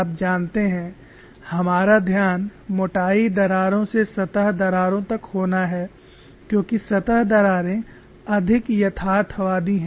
आप जानते हैं हमारा ध्यान मोटाई दरारों से सतह दरारों तक होना है क्योंकि सतह दरारें अधिक यथार्थवादी हैं